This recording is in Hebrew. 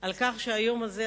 על כך שהיום הזה,